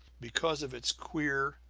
because of its queer,